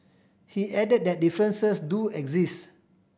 he added that differences do exist